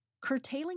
curtailing